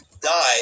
died